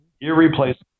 irreplaceable